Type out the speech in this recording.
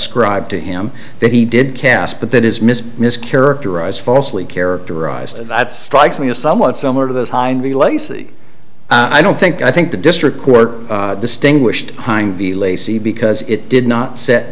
ascribed to him that he did cast but that is miss miss characterize falsely characterized that strikes me as somewhat similar to those hind the lacy i don't think i think the district court distinguished hind v lacy because it did not set